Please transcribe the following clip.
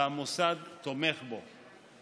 והמוסד תומך בו.